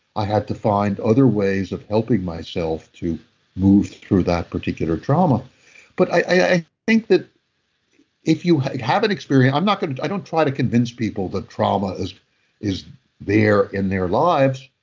i had to find other ways of helping myself to move through that particular trauma but i think that if you have an experience. and kind of i don't try to convince people that trauma is is there in their lives,